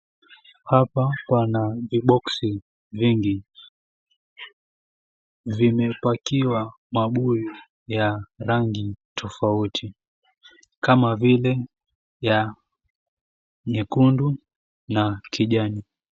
Hapa pana viboksi vingi. Vimepakiwa mabuyu ya rangi tofauti kama vile ya nyekundu na kijani.